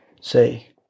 say